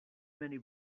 many